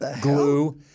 glue